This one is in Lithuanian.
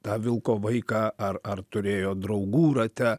tą vilko vaiką ar ar turėjo draugų rate